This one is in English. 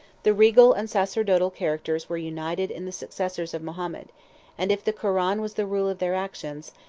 the regal and sacerdotal characters were united in the successors of mahomet and if the koran was the rule of their actions,